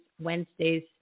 Wednesdays